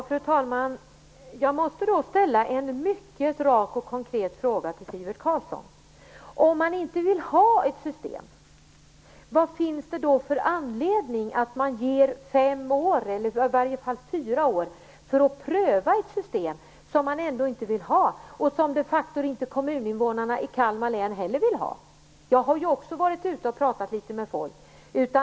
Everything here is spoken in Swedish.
Fru talman! Jag måste då ställa en mycket rak och konkret fråga till Sivert Carlsson: Om man inte vill ha ett system, vad finns det då för anledning att pröva det i fem eller i varje fall fyra år? Kommuninvånarna i Kalmar län vill inte heller ha det; jag har också varit ute och pratat litet med folk.